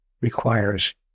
requires